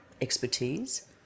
expertise